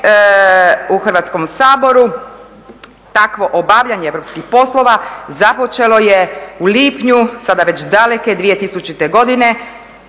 u Hrvatskom saboru takvo obavljanje europskih poslova započelo je u lipnju, sada već daleke 2000. godine